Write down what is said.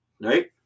Right